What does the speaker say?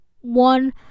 one